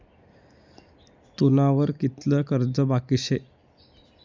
तुना वर कितलं कर्ज बाकी शे